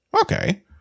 Okay